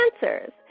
Answers